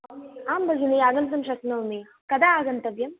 आं भगिनी आगन्तुं शक्नोमि कदा आगन्तव्यं